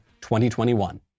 2021